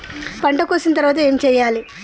పంట కోసిన తర్వాత ఏం చెయ్యాలి?